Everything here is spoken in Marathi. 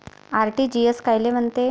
आर.टी.जी.एस कायले म्हनते?